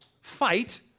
fight